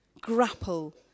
grapple